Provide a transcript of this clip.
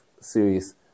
series